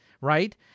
right